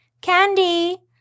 Candy